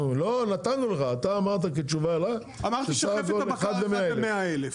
נתנו לך, אתה אמרת כתשובה לה, ש -- 1 ל- 100 אלף.